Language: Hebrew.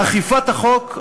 אכיפת החוק,